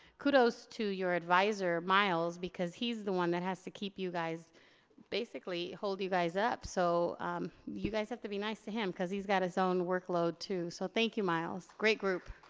kudos to your advisor, miles, because he's the one that has to keep you guys basically hold you guys up so you guys have to be nice to him cause he's got his own work load, too, so thank you, miles, great group.